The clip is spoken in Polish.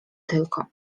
tylko